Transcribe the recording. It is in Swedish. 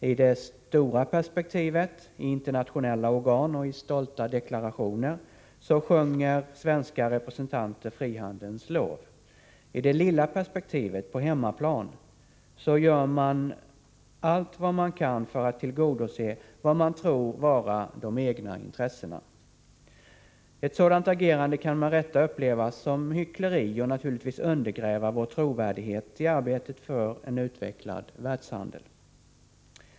I det stora perspektivet — i internationella organ och i stolta deklarationer — sjunger svenska representanter frihandelns lov. I det lilla perspektivet — på hemmaplan — gör man allt vad man kan för att tillgodose vad man tror vara de egna intressena. Ett sådant agerande kan med rätta upplevas som hyckleri och naturligtvis undergräva vår trovärdighet i arbetet för en utvecklad världshandel.